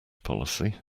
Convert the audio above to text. policy